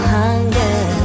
hunger